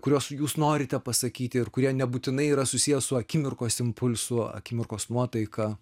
kuriuos jūs norite pasakyti ir kurie nebūtinai yra susiję su akimirkos impulsu akimirkos nuotaika